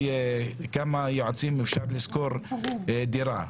כמה יועצים יכולים לשכור דירה.